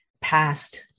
past